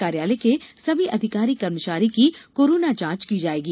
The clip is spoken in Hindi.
कार्यालय के सभी अधिकारी कर्मचारी की कोरोना जांच की जायेगी